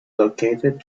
located